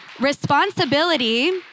Responsibility